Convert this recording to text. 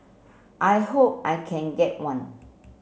I hope I can get one